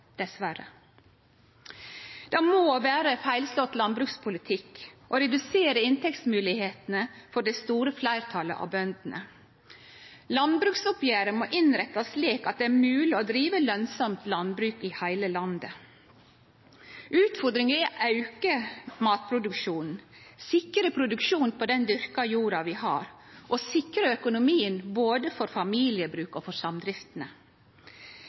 Det må vere feilslått landbrukspolitikk å redusere inntektsmoglegheitene for det store fleirtalet av bøndene. Landbruksoppgjeret må innrettast slik at det er mogleg å drive lønsamt landbruk i heile landet. Utfordringa er å auke matproduksjonen, sikre produksjonen på den dyrka jorda vi har, og sikre økonomien både for familiebruk og for